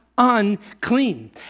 unclean